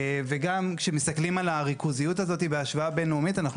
וגם כשמסתכלים על הריכוזיות הזאת בהשוואה בין לאומית אנחנו